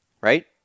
right